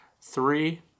three